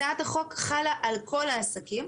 הצעת החוק חלה על כל העסקים,